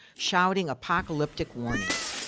shouting apocalyptic warnings.